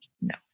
No